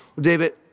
David